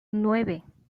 nueve